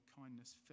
kindness